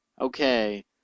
Okay